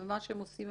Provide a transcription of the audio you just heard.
ומה שהם עושים,